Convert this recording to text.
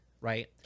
right